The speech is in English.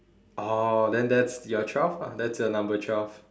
oh then that's your twelve lah that's your number twelve